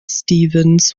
stevens